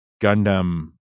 Gundam